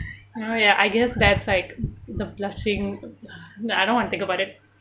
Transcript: oh ya I guess that's like the blushing ah I don't want to think about it